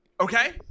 okay